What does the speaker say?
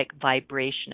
vibration